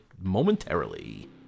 momentarily